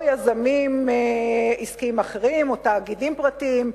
או יזמים עסקיים אחרים או תאגידים פרטיים,